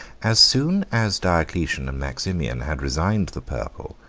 as soon as diocletian and maximian had resigned the purple,